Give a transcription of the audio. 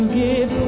give